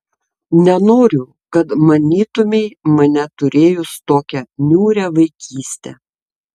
nenoriu kad manytumei mane turėjus tokią niūrią vaikystę